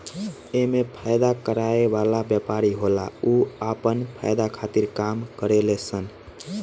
एमे फायदा कमाए वाला व्यापारी होला उ आपन फायदा खातिर काम करेले सन